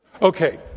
Okay